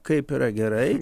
kaip yra gerai